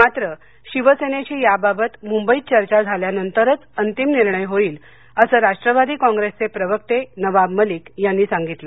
मात्र शिवसेनेशी याबाबत मुंबईत चर्चा झाल्यानंतरच अंतिम निर्णय होईल असं राष्ट्रवादी कॉप्रेसचे प्रवक्ते नवाब मलिक यांनी सांगितलं